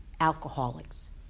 alcoholics